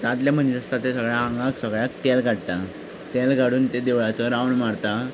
दादले मनीस आसता ते सगळ्या आंगाक सगळ्याक तेल काडटा तेल काडून ते देवळाचो राउंड मारता